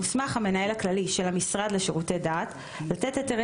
מוסמך המנהל הכללי של המשרד לשירותי דת לתת היתרי